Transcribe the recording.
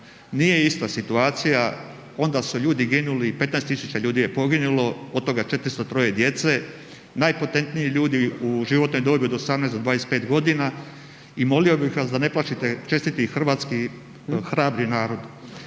Nije ista situacija, onda su ljudi ginuli, 15.000 ljudi je poginulo od toga 403 djece, najpotentniji ljudi u životnoj dobi od 18 do 25 godina i molio bih vas da ne plašite čestiti hrvatski hrabri narod.